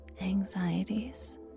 anxieties